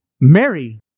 Mary